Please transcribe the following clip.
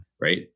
right